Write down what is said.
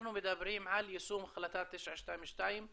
אנחנו מדברים על יישום החלטה 922,